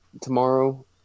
tomorrow